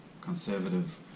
conservative